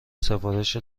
سفارش